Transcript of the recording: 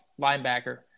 linebacker